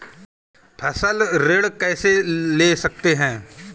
फसल ऋण कैसे ले सकते हैं?